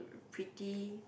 pretty